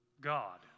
God